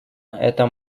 это